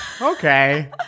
okay